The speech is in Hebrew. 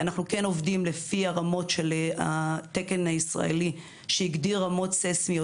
אנחנו כן עובדים לפי הרמות של התקן הישראלי שהגדיר רמות ססמיות